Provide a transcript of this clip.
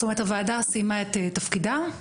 זאת אומרת הוועדה סיימה את תפקידה,